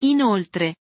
Inoltre